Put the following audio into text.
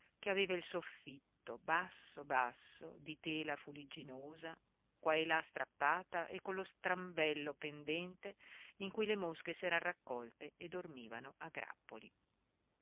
che aveva il soffitto basso basso di tela fuligginosa qua e là strappata e con lo strambello pendente in cui le mosche s'eran raccolte e dormivano a grappoli